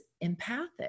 empathic